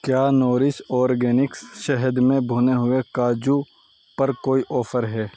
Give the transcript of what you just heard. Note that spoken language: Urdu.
کیا نورش اورگینکس شہد میں بھنے ہوئے کاجو پر کوئی آفر ہے